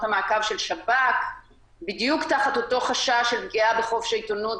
המעקב של שב"כ בדיוק תחת אותו חשש של פגיעה בחופש העיתונות,